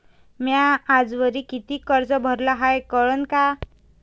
म्या आजवरी कितीक कर्ज भरलं हाय कळन का?